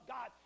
God